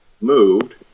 moved